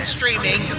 Streaming